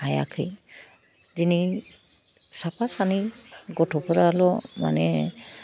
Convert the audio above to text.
हायाखै दिनै साफा सानै गथ'फ्राल' माने